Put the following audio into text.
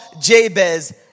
Jabez